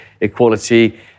equality